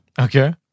Okay